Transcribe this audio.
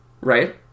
right